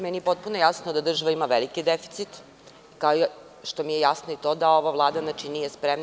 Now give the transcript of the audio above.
Meni je potpuno jasno da država ima veliki deficit, kao što mi je jasno i to da ova Vlada nije spremna.